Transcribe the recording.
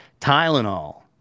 tylenol